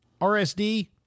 rsd